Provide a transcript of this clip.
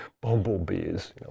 bumblebees